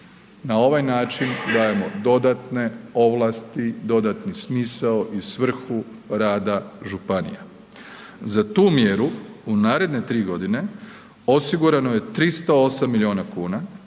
na ovaj način dajemo dodatne ovlasti, dodatni smisao i svrhu rada županija. Za tu mjeru u naredne 3.g. osigurano je 308 milijuna kuna,